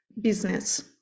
business